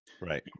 right